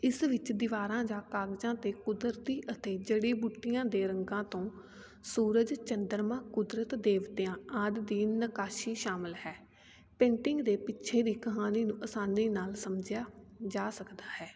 ਇਸ ਵਿੱਚ ਦੀਵਾਰਾਂ ਜਾਂ ਕਾਗਜ਼ਾਂ 'ਤੇ ਕੁਦਰਤੀ ਅਤੇ ਜੜੀ ਬੂਟੀਆਂ ਦੇ ਰੰਗਾਂ ਤੋਂ ਸੂਰਜ ਚੰਦਰਮਾ ਕੁਦਰਤ ਦੇਵਤਿਆਂ ਆਦਿ ਦੀ ਨਿਕਾਸੀ ਸ਼ਾਮਿਲ ਹੈ ਪੇਂਟਿੰਗ ਦੇ ਪਿੱਛੇ ਦੀ ਕਹਾਣੀ ਨੂੰ ਆਸਾਨੀ ਨਾਲ ਸਮਝਿਆ ਜਾ ਸਕਦਾ ਹੈ